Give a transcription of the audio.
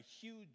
huge